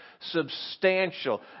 substantial